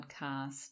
podcast